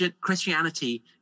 Christianity